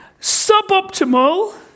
suboptimal